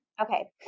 Okay